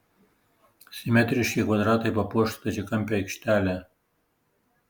simetriški kvadratai papuoš stačiakampę aikštelę